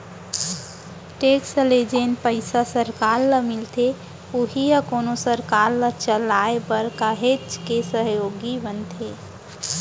tax ले जेन पइसा सरकार ल मिलथे उही ह कोनो सरकार ल चलाय बर काहेच के सहयोगी बनथे